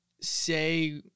say